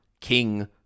king